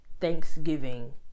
thanksgiving